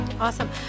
Awesome